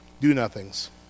do-nothings